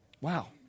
Wow